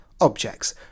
objects